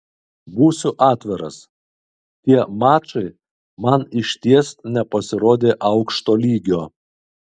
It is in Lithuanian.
būsiu atviras tie mačai man išties nepasirodė aukšto lygio